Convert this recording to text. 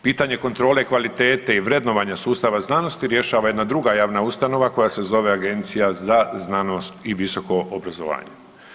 Pitanje kontrole kvalitete i vrednovanja sustava znanosti rješava jedna druga javna ustanova koja se zove Agencija za znanost i visoko obrazovanje.